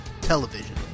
television